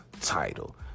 title